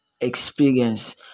experience